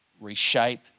reshape